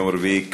יום רביעי,